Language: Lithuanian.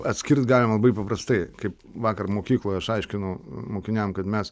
atskirt galima labai paprastai kaip vakar mokykloj aš aiškinau mokiniam kad mes